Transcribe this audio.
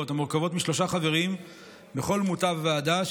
המורכבות משלושה חברים בכל מותב ועדה,